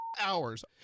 hours